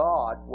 God